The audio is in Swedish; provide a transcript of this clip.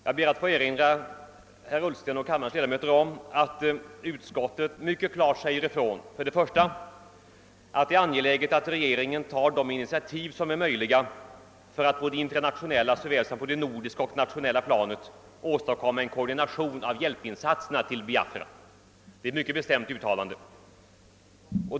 Jag ber att få erinra herr Ullsten och kammarens ledamöter om att utskottet mycket klart säger ifrån, att det är angeläget att regeringen tar de initiativ som är möjliga för att på det internationella såväl som på det nordiska och nationella planet åstad komma en koordination av hjälpinsatserna till Biafra. Det är ett mycket bestämt uttalande.